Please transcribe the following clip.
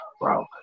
bro